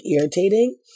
irritating